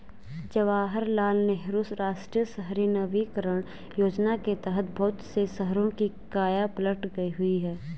जवाहरलाल नेहरू राष्ट्रीय शहरी नवीकरण योजना के तहत बहुत से शहरों की काया पलट हुई है